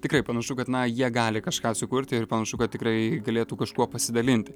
tikrai panašu kad na jie gali kažką sukurti ir panašu kad tikrai galėtų kažkuo pasidalinti